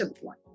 one